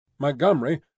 Montgomery